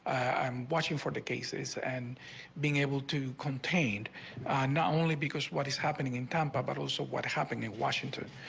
i'm watching for the cases and being able to contained. i'm not only because what is happening in tampa but also what happened in washington.